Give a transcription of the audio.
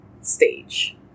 stage